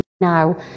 now